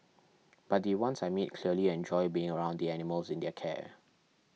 but the ones I meet clearly enjoy being around the animals in their care